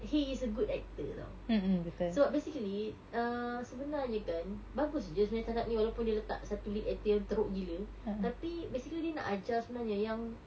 he is a good actor [tau] so wha~ basically err sebenarnya kan bagus jer cerita start up ni walaupun dia letak satu lead actor yang teruk gila tapi basically dia nak ajar sebenarnya yang